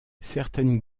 certaines